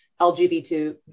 LGBT